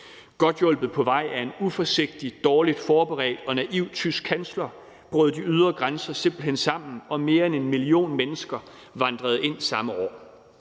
Godt hjulpet på vej af en uforsigtig, dårligt forberedt og naiv tysk kansler brød de ydre grænser simpelt hen sammen, og mere end 1 million mennesker vandrede ind samme år.